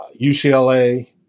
UCLA